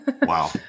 wow